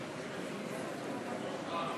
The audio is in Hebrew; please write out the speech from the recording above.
התנצלות,